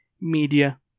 media